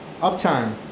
Uptime